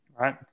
right